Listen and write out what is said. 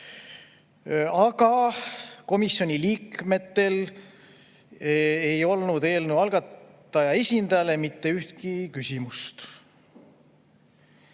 üle. Komisjoni liikmetel ei olnud eelnõu algatajate esindajale mitte ühtegi küsimust.